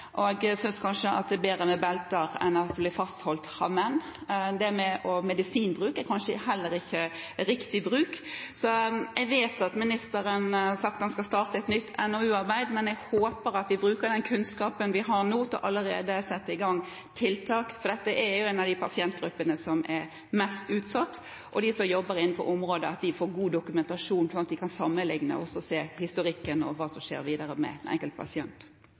og som kanskje synes at det er bedre med belter enn å bli fastholdt av menn. Medisinbruken er kanskje heller ikke riktig. Jeg vet at ministeren har sagt at han skal starte et nytt NOU-arbeid, men jeg håper at vi bruker den kunnskapen vi har nå, til allerede å sette i gang tiltak, for dette er jo en av de pasientgruppene som er mest utsatt. Og de som jobber innenfor området, bør få god dokumentasjon, slik at de kan sammenlikne, se historikken og se hva som skjer videre med den enkelte pasient.